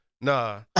nah